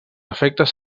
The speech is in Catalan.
efectes